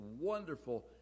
wonderful